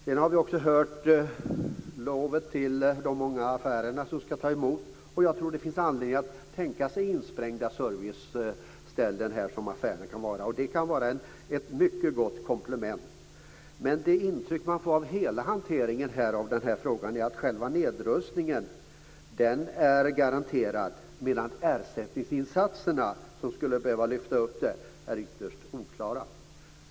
Sedan har vi också hört lovet till de många affärer som ska ta emot. Jag tror också att det finns anledning att tänka sig insprängda serviceställen som affärer. Det kan vara ett mycket gott komplement. Men det intryck man får av hela hanteringen av den här frågan är att själva nedrustningen är garanterad. Men de ersättningsinsatser som skulle behöva lyftas fram är ytterst oklara.